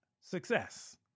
success